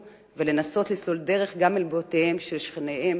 ולנסות לסלול דרך גם אל לבותיהם של שכניהם